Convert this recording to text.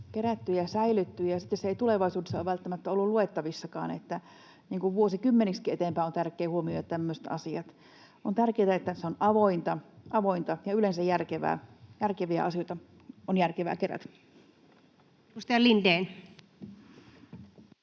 säilötty ja sitten se ei tulevaisuudessa ole välttämättä ollut luettavissakaan. Vuosikymmeniksikin eteenpäin on tärkeää huomioida tämmöiset asiat. On tärkeätä, että se on avointa ja yleensä järkevää. Järkeviä asioita on järkevää kerätä. Edustaja Lindén.